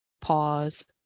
pause